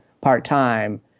part-time